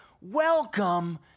Welcome